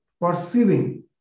perceiving